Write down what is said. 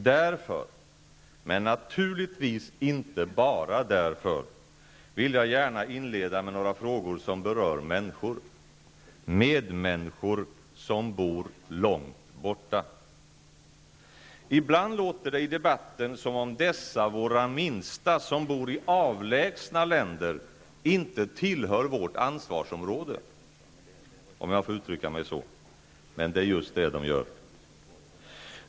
Därför, men naturligtvis inte bara därför, vill jag gärna inleda med några frågor som berör människor, medmänniskor som bor långt borta. Ibland låter det i debatten som om dessa våra minsta som bor i avlägsna länder inte tillhör vårt ansvarsområde, om jag får uttrycka mig så -- men det är just det de gör!